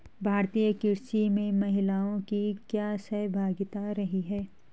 भारतीय कृषि में महिलाओं की क्या सहभागिता रही है?